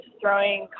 throwing